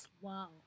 Wow